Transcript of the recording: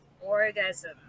orgasm